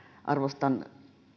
arvostan